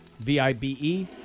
V-I-B-E